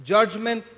Judgment